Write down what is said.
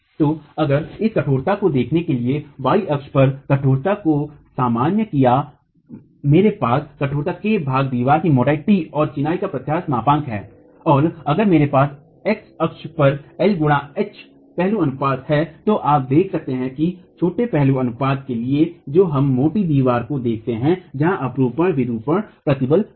तो अगर इस कठोरता को देखने के लिए y अक्ष पर कठोरता को सामान्य किया मेरे पास कठोरता k भाग दिवार कि मोटाई t और चिनाई का प्रत्यास्थ मापांक है और अगर मेरे पास X अक्ष पर L गुणा H पहलू अनुपात है तो आप देखते हैं कि छोटे पहलू अनुपात के लिए जो हम मोटी दीवारों को देखते हैं जहाँ अपरूपण विरूपण प्रबल होता है